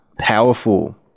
Powerful